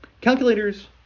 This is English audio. Calculators